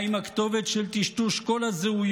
מה עם הכתובת של טשטוש כל הזהויות,